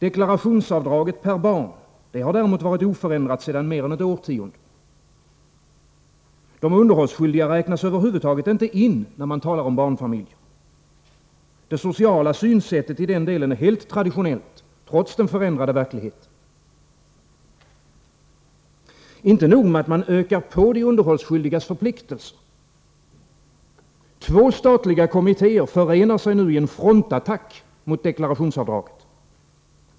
Deklarationsavdraget per barn har varit oförändrat sedan mer än ett årtionde tillbaka. De underhållsskyldiga räknas över huvud taget inte in, när man talar om barnfamiljer. Det sociala synsättet i det sammanhanget är helt traditionellt, trots den förändrade verkligheten. Inte nog med att man ökar på de underhållsskyldigas förpliktelser. Två statliga kommittéer förenar sig nu i en frontattack mot deklarationsavdraget.